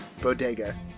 bodega